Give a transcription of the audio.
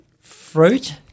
fruit